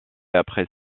après